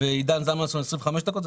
ועידן זלמנסון 25 דקות,